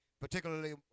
particularly